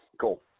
cool